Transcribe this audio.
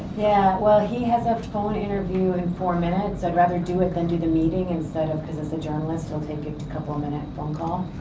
yeah, well, he has ah a phone interview in four minutes, i'd rather do it than do the meeting, instead of, cause it's a journalist, it'll take a couple of minute phone call,